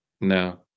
no